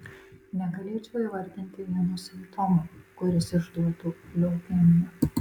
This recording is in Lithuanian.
negalėčiau įvardinti vieno simptomo kuris išduotų leukemiją